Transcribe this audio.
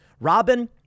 Robin